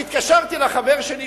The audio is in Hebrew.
התקשרתי לחבר שלי,